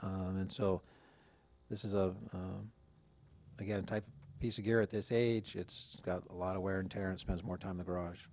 and so this is of again type piece of gear at this age it's got a lot of wear and tear and spends more time the garage